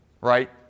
right